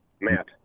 Matt